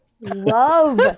love